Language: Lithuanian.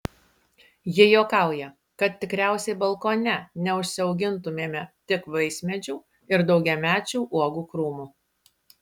ji juokauja kad tikriausiai balkone neužsiaugintumėme tik vaismedžių ir daugiamečių uogų krūmų